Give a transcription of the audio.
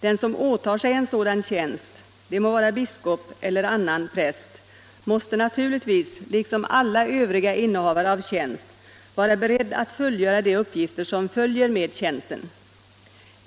Den som åtar sig en sådan tjänst, det må vara som biskop eller annan präst, måste naturligtvis, liksom alla övriga innehavare av tjänst, vara beredd att fullgöra de uppgifter som följer med tjänsten.